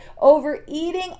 overeating